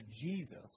Jesus